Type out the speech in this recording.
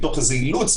מתוך איזה אילוץ,